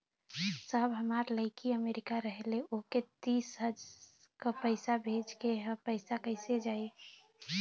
साहब हमार लईकी अमेरिका रहेले ओके तीज क पैसा भेजे के ह पैसा कईसे जाई?